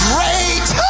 Great